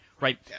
Right